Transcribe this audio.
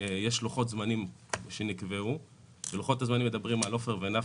יש לוחות זמנים שנקבעו ולוחות הזמנים מדברים על עופר ונפחא,